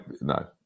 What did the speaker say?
no